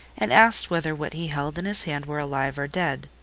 and asked whether what he held in his hand were alive or dead.